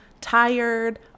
tired